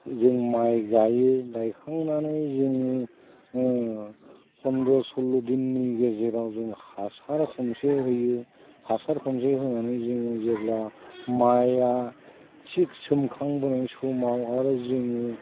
जों माइ गायो गायखांनानै जोंनि पन्द्र' सल्ल' दिननि गेजेराव जों हासार खनसे होयो हासार खनसे होनानै जोङो जेब्ला माइआ थिख सोमखांबोनायनि समाव आरो जोंनि